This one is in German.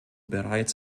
bereits